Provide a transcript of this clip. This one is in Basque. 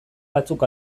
batzuk